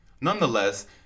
Nonetheless